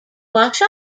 wash